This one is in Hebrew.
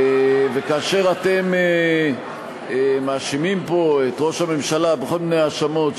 וכאשר אתם מאשימים פה את ראש הממשלה בכל מיני האשמות,